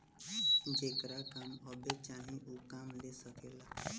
जेकरा काम अब्बे चाही ऊ काम ले सकेला